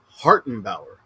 Hartenbauer